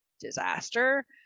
disaster